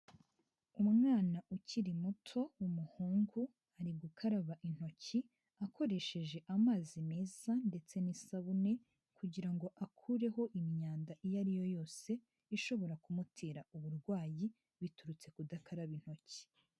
Umwana ukiri muto w'umuhungu ari gukaraba intoki akoresheje amazi meza ndetse n'isabune kugira ngo akureho imyanda iyo ariyo yose ishobora kumutera uburwayi biturutse kudakaraba intoki.